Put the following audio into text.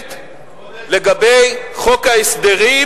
וההוגנת לגבי חוק ההסדרים,